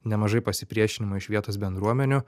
nemažai pasipriešinimo iš vietos bendruomenių